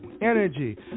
energy